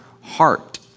heart